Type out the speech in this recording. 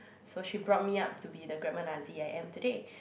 so she brought me up to be the grammar Nazi I am today